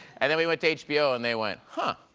and then we went to hbo and they went huh,